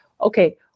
okay